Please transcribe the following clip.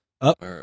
Up